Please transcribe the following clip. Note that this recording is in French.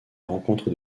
rencontre